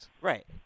Right